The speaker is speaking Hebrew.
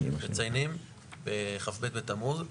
מציינים בכ"ב בתמוז,